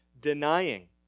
denying